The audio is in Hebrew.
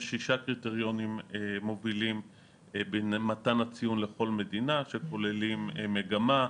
יש שישה קריטריונים מובילים במתן הציון לכל מדינה שכוללים מגמה,